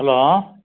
hello